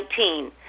2019